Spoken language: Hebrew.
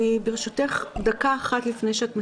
ברשותך דקה אחת לפני שאת מסכמת,